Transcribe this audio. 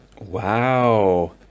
Wow